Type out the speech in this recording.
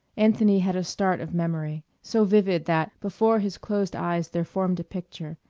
anthony had a start of memory, so vivid that before his closed eyes there formed a picture,